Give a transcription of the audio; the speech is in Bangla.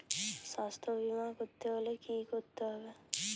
স্বাস্থ্যবীমা করতে হলে কি করতে হবে?